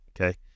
okay